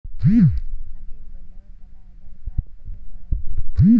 खाते उघडल्यावर त्याला आधारकार्ड कसे जोडायचे?